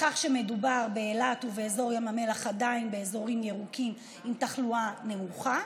בכך שאילת ואזור ים המלח הם עדיין אזורים ירוקים עם תחלואה נמוכה,